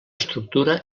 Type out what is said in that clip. estructura